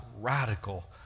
radical